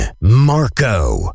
Marco